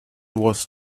was